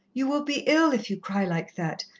you will be ill if you cry like that.